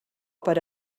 per